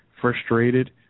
frustrated